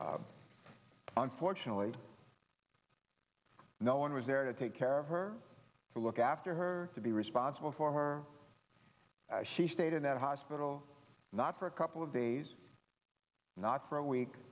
week unfortunately no one was there to take care of her to look after her to be responsible for her she stayed in that hospital not for a couple of days not for a week